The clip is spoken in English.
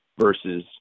versus